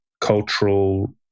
cultural